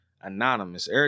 anonymous